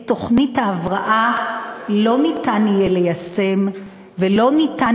את תוכנית ההבראה לא יהיה אפשר ליישם ולא יהיה